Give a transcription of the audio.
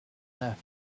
left